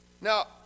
Now